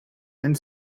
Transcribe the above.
and